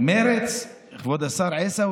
מרצ, כבוד השר עיסאווי,